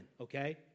okay